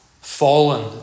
Fallen